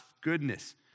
goodness